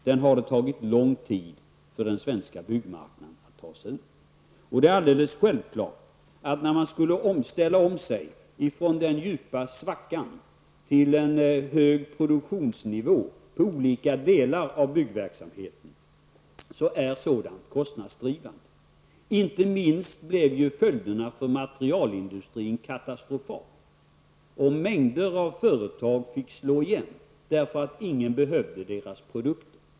Det är alldeles självklart att det var kostnadsdrivande när man skulle ställa om sig från den djupa svackan till en hög produktionsnivå i olika delar av byggverksamheten. Inte minst följderna för materialindustrin hade ju blivit katastrofala. Mängder av företag fick slå igen därför att ingen behövde deras produkter.